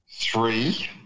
three